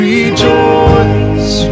Rejoice